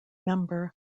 member